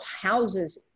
houses